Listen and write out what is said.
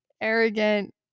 arrogant